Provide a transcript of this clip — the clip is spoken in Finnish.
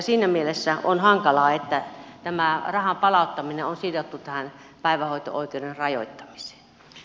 siinä mielessä on hankalaa että tämä rahan palauttaminen on sidottu tähän päivähoito oikeuden rajoittamiseen